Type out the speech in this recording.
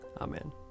Amen